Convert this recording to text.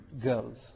girls